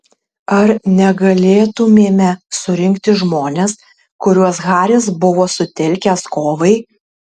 ar negalėtumėme surinkti žmones kuriuos haris buvo sutelkęs kovai